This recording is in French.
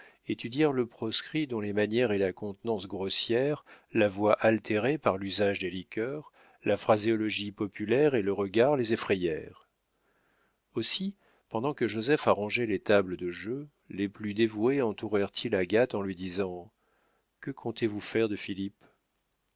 étudièrent le proscrit dont les manières et la contenance grossières la voix altérée par l'usage des liqueurs la phraséologie populaire et le regard les effrayèrent aussi pendant que joseph arrangeait les tables de jeu les plus dévoués entourèrent ils agathe en lui disant que comptez-vous faire de